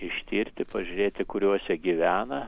ištirti pažiūrėti kuriuose gyvena